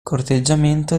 corteggiamento